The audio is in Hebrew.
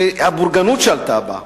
הבורגנות שלטה בה,